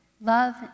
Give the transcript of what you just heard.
Love